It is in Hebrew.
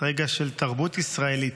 רגע של תרבות ישראלית.